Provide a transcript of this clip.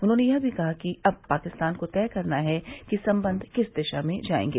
उन्होंने यह भी कहा कि अब पाकिस्तान को तय करना है कि संबंध किस दिशा में जाएंगे